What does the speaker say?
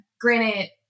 Granted